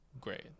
great